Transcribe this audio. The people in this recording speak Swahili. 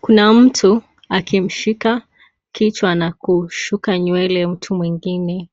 Kuna mtu akimshika kichwa na kushuka nywele mtu mwingine.